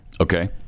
Okay